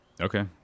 Okay